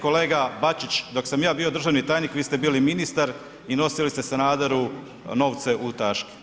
Kolega Bačić, dok sam ja bio državni tajnik, vi ste bili ministar i nosili ste Sanaderu novce u taški, hvala.